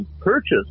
purchase